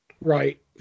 Right